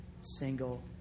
single